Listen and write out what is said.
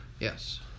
Yes